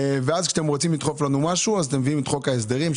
וכשאתם רוצים לדחוף לנו משהו אתם מביאים את חוק ההסדרים,